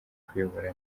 kuyobora